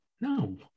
No